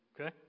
Okay